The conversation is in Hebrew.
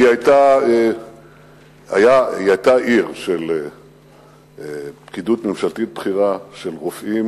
היא היתה עיר של פקידות ממשלתית בכירה, של רופאים